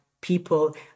people